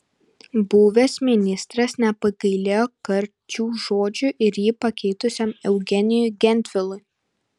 buvęs ministras nepagailėjo karčių žodžių ir jį pakeitusiam eugenijui gentvilui